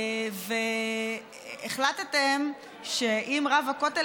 החלטתם שאם רב הכותל,